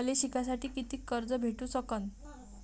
मले शिकासाठी कितीक कर्ज भेटू सकन?